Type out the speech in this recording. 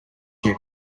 gym